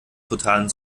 totalen